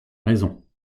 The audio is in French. raison